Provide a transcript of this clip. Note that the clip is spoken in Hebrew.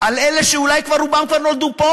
על אלה שאולי רובם כבר נולדו פה,